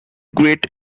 great